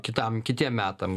kitam kitiem metam